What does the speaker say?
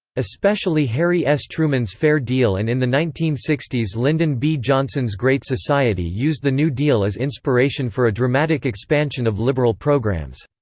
especially harry s. truman's fair deal and in the nineteen sixty s lyndon b. johnson's great society used the new deal as inspiration for a dramatic expansion of liberal programs.